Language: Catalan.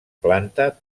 planta